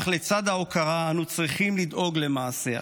אך לצד ההוקרה אנו צריכים לדאוג למעשה.